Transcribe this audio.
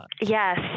yes